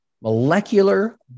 molecular